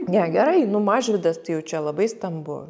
ne gerai nu mažvydas tai jau čia labai stambu